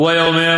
הוא היה אומר: